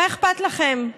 מה אכפת לכם?